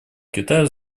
китая